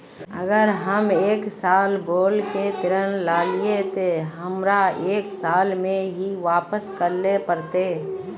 अगर हम एक साल बोल के ऋण लालिये ते हमरा एक साल में ही वापस करले पड़ते?